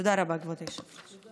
תודה רבה, כבוד היושב-ראש.